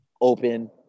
open